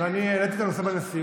אני העליתי את הנושא בנשיאות,